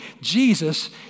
Jesus